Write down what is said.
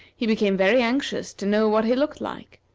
he became very anxious to know what he looked like,